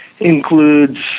includes